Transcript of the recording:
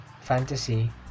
fantasy